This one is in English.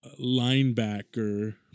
linebacker